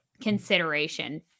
consideration